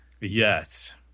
Yes